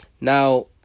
now